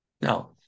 Now